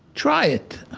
try it,